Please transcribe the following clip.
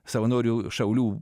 savanorių šaulių